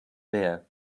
bear